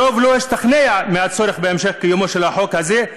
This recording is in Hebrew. הרוב לא השתכנע מהצורך בהמשך קיומו של החוק הזה,